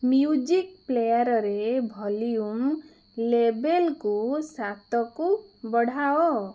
music ପ୍ଲେୟାର୍ରେ volume ଲେଭଲ୍କୁ ସାତକୁ ବଢ଼ାଅ